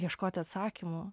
ieškoti atsakymų